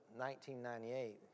1998